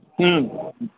हँ